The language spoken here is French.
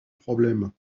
problème